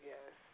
Yes